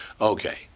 Okay